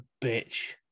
bitch